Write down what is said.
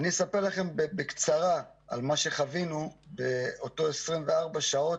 אני אספר לכם בקצרה על מה שחווינו באותם 24 שעות,